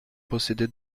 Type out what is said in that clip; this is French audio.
possédait